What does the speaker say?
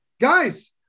guys